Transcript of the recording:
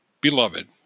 Beloved